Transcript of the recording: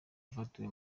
afatiwe